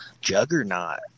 juggernaut